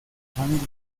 familia